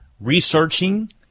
researching